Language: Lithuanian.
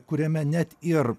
kuriame net ir